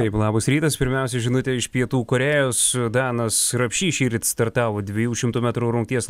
taip labas rytas pirmiausia žinutė iš pietų korėjos danas rapšys šįryt startavo dviejų šimtų metrų rungties